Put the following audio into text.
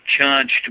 charged